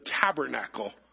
tabernacle